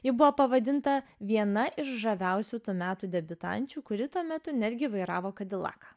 ji buvo pavadinta viena iš žaviausių tų metų debiutančių kuri tuo metu netgi vairavo kadilaką